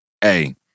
hey